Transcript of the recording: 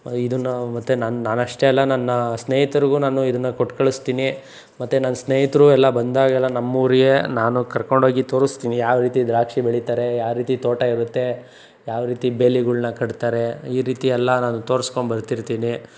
ಇದನ್ನು ಮತ್ತೆ ನಾನು ನಾನಷ್ಟೆ ಅಲ್ಲ ನನ್ನ ಸ್ನೇಹಿತರಿಗೂ ನಾನು ಇದನ್ನು ಕೊಟ್ಟು ಕಳಿಸ್ತೀನಿ ಮತ್ತೆ ನನ್ನ ಸ್ನೇಹಿತರು ಎಲ್ಲ ಬಂದಾಗೆಲ್ಲ ನಮ್ಮೂರಿಗೆ ನಾನು ಕರ್ಕೊಂಡು ಹೋಗಿ ತೋರಿಸ್ತೀನಿ ಯಾವ ರೀತಿ ದ್ರಾಕ್ಷಿ ಬೆಳೀತಾರೆ ಯಾವ ರೀತಿ ತೋಟ ಇರುತ್ತೆ ಯಾವ ರೀತಿ ಬೇಲಿಗಳನ್ನ ಕಟ್ತಾರೆ ಈ ರೀತಿ ಎಲ್ಲ ನಾನು ತೋರ್ಸ್ಕೊಂಡು ಬರ್ತಿರ್ತೀನಿ